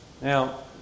Now